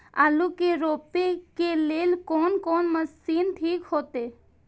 आलू के रोपे के लेल कोन कोन मशीन ठीक होते?